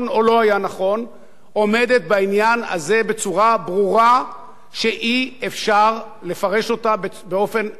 עומדת בעניין הזה בצורה ברורה שאי-אפשר לפרש אותה אלא באופן אחד: